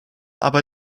aber